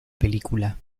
película